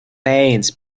pains